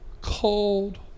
cold